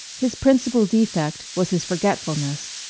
his principal defect was his forgetfulness.